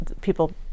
people